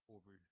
Over